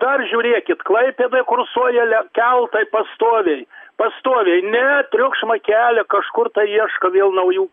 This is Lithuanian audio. dar žiūrėkit klaipėdoj kursuoja keltai pastoviai pastoviai ne triukšmą kelia kažkur tai ieška vėl naujų